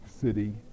city